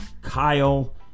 Kyle